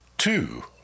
Two